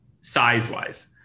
size-wise